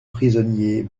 prisonniers